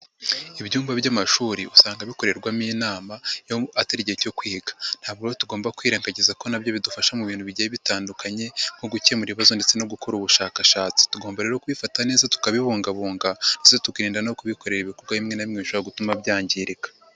Ibyumba by'amashuri usanga bikorerwamo inama iyo atari igihe cyo kwiga ntabwo tugomba kwirengagiza ko na byo bidufasha mu bintu bigiye bitandukanye nko gukemura ibibazo ndetse no gukora ubushakashatsi, tugomba rero kubifata neza tukabibungabunga ndetse tukirinda no kubikorera ibikorwa bimwe na bimwe bishobora gutuma byangirika.